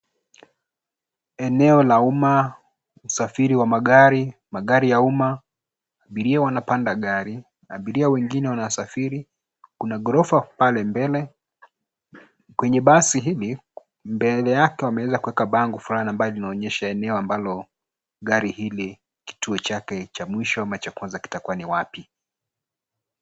Eneo la umma, usafiri wa magari, magari ya umma, abiria wanapanda gari, abiria wengine wanasafiri. Kuna ghorofa pale mbele. Kwenye basi hili, mbele yake wameweza kuweka bango fulani ambaye linaonyesha eneo ambalo gari hili kituo chake cha mwisho ama cha kwanza kitakua ni wapi.